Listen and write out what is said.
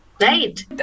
Right